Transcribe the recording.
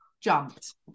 jumped